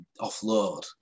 offload